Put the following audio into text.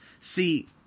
See